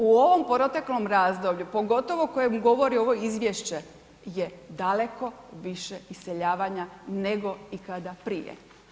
U ovom proteklom razdoblju, pogotovo o kojem govori ovo izvješće je daleko više iseljavanja nego ikada prije.